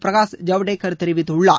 பிரகாஷ் ஜவ்டேகர் தெரிவித்துள்ளார்